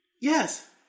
Yes